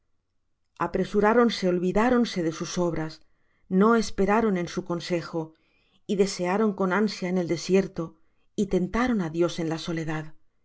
su alabanza apresuráronse olvidáronse de sus obras no esperaron en su consejo y desearon con ansia en el desierto y tentaron á dios en la soledad